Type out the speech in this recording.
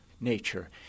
nature